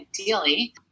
ideally